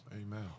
Amen